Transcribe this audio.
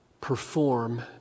perform